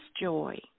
joy